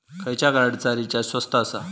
खयच्या कार्डचा रिचार्ज स्वस्त आसा?